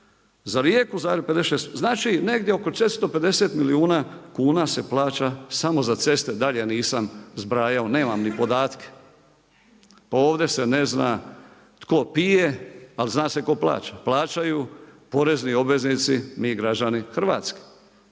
Za Rijeku – Zagreb 56, znači negdje oko 450 milijuna kuna se plaća samo za ceste. Dalje nisam zbrajao, nemam ni podatke. Ovdje se ne zna tko pije, ali zna se tko plaća. Plaćaju porezni obveznici, mi građani Hrvatske.